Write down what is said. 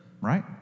right